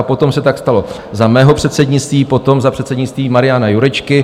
Potom se tak stalo za mého předsednictví, potom za předsednictví Mariana Jurečky.